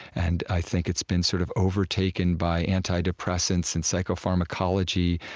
and i think it's been sort of overtaken by antidepressants and psychopharmacology.